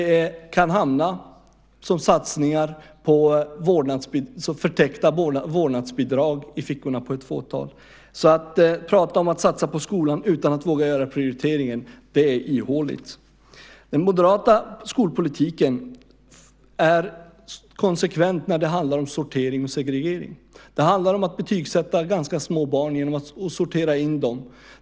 De kan hamna som satsningar på förtäckta vårdnadsbidrag i fickorna på ett fåtal. Att tala om att satsa på skolan utan att våga göra prioriteringen är ihåligt. Den moderata skolpolitiken är konsekvent när det handlar om sortering och segregering. Det handlar om att betygsätta ganska små barn och att sortera in dem.